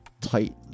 tight